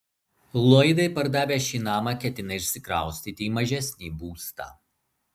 lloydai pardavę šį namą ketina išsikraustyti į mažesnį būstą